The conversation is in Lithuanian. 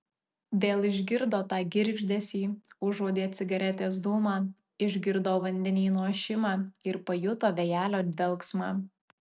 vėl išgirdo tą girgždesį užuodė cigaretės dūmą išgirdo vandenyno ošimą ir pajuto vėjelio dvelksmą